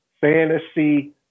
fantasy